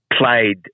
played